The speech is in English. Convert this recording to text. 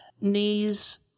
Knees